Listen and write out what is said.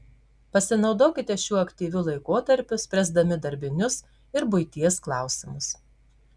pasinaudokite šiuo aktyviu laikotarpiu spręsdami darbinius ir buities klausimus